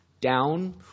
down